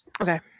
Okay